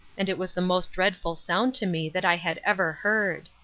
and it was the most dreadful sound to me that i had ever heard.